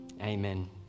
Amen